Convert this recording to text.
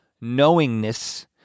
knowingness